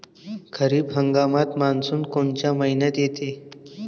खरीप हंगामात मान्सून कोनच्या मइन्यात येते?